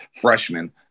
freshman